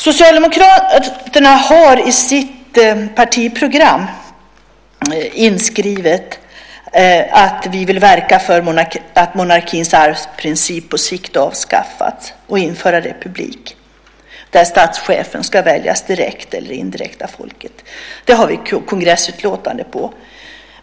Socialdemokraterna har i sitt partiprogram inskrivet att vi vill verka för att monarkins arvsprincip på sikt avskaffas och införa republik, där statschefen ska väljas direkt eller indirekt av folket. Det finns det ett kongressutlåtande om.